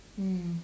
mm